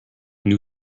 new